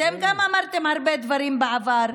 אתם גם אמרתם הרבה דברים בעבר.